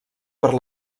per